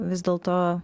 vis dėlto